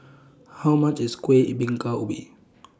How much IS Kuih Bingka Ubi